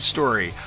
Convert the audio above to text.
Story